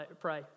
pray